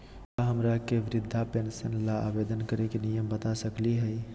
का हमरा के वृद्धा पेंसन ल आवेदन करे के नियम बता सकली हई?